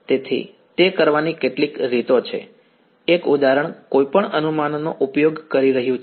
તેથી તે કરવાની કેટલીક રીતો છે એક ઉદાહરણ કોઈપણ અનુમાનનો ઉપયોગ કરી રહ્યું છે